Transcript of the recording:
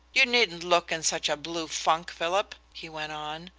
you needn't look in such a blue funk, philip, he went on,